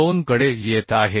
2 कडे येत आहे